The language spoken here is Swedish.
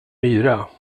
myra